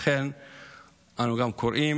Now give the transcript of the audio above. לכן אנחנו גם קוראים